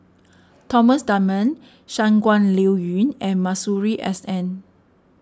Thomas Dunman Shangguan Liuyun and Masuri S N